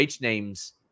names